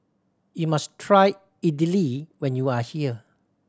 you must try Idili when you are here